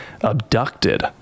abducted